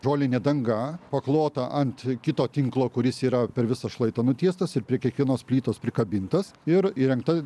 žolinė danga paklota ant kito tinklo kuris yra per visą šlaitą nutiestas ir prie kiekvienos plytos prikabintas ir įrengta